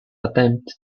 attempt